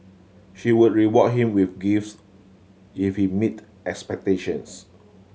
she would reward him with gifts if he meet expectations